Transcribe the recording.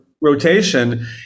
rotation